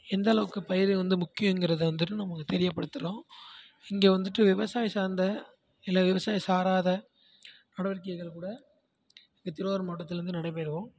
எந்த அளவுக்கு பயிர் வந்து முக்கியங்கிறத வந்துட்டு நமக்கு தெரியப்படுத்துகிறோம் இங்கே வந்துட்டு விவசாயம் சார்ந்த இல்லை விவசாயம் சாராத நடவடிக்கைகள் கூட இந்த திருவாரூர் மாவட்டத்துலேருந்து நடைபெறும்